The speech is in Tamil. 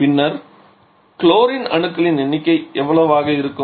பின்னர் குளோரின் அணுக்களின் எண்ணிக்கை என்னவாக இருக்கும்